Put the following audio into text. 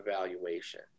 evaluation